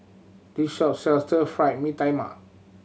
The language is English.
this shop sells Stir Fried Mee Tai Mak